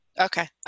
Okay